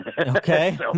Okay